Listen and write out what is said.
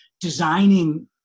designing